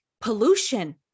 pollution